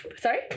Sorry